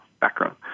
background